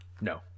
no